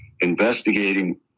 investigating